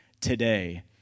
today